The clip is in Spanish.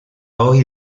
hoy